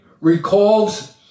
recalls